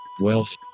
Wealth